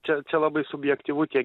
čia čia labai subjektyvu tie